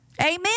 Amen